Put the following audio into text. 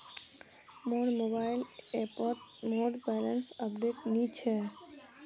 मोर मोबाइल ऐपोत मोर बैलेंस अपडेट नि छे